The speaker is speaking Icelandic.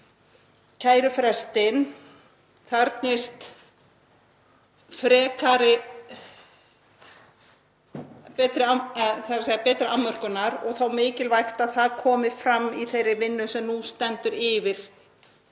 kærufrestinn þarfnist betri afmörkunar og þá mikilvægt að það komi fram í þeirri vinnu sem nú stendur yfir